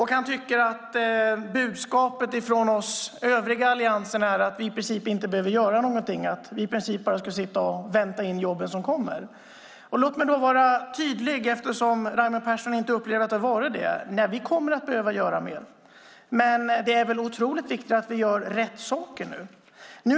Han tycker att budskapet från oss övriga i Alliansen är att vi i princip inte behöver göra någonting, att vi i princip bara ska sitta och vänta in jobben som kommer. Låt mig då vara tydlig, eftersom Raimo Pärssinen inte upplever att det har varit så. Nej, vi kommer att behöva göra mer, men det är otroligt viktigt att vi nu gör rätt saker.